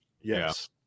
Yes